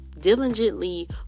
Diligently